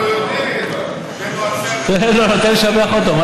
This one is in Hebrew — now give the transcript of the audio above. תן לי לשבח אותו.